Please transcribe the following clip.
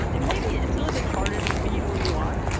maybe it's a little bit harder to be who you are.